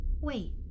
Wait